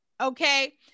Okay